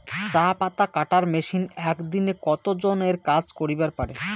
চা পাতা কাটার মেশিন এক দিনে কতজন এর কাজ করিবার পারে?